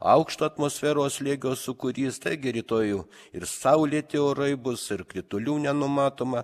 aukšto atmosferos slėgio sūkurys taigi rytoj jau ir saulėti orai bus ir kritulių nenumatoma